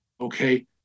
Okay